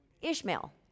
Ishmael